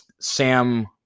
Sam